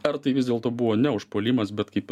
ar tai vis dėlto buvo ne užpuolimas bet kaip